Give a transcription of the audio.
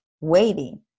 waiting